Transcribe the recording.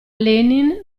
lenin